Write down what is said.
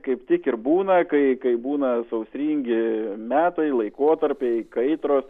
kaip tik ir būna kai kai būna sausringi metai laikotarpiai kaitros